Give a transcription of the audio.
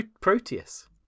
Proteus